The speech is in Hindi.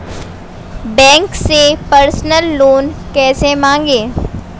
बैंक से पर्सनल लोन कैसे मांगें?